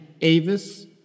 Avis